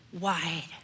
wide